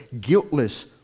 guiltless